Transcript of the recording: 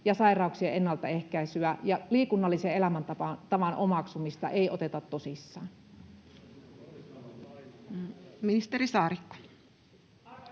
ja sairauksien ennaltaehkäisyä ja liikunnallisen elämäntavan omaksumista ei oteta tosissaan. [Speech 77]